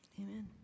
amen